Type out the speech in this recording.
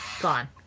gone